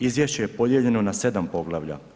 Izvješće je podijeljeno na 7 poglavlja.